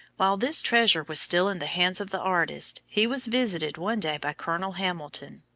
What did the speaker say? while this treasure was still in the hands of the artist, he was visited one day by colonel hamilton,